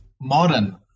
modern